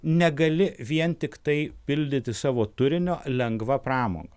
negali vien tiktai pildyti savo turinio lengva pramo